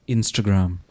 Instagram